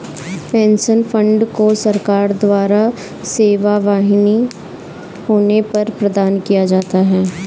pension fund को सरकार द्वारा सेवाविहीन होने पर प्रदान किया जाता है